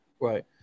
Right